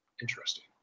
interesting